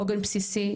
עוגן בסיסי,